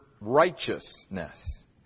righteousness